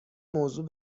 موضوع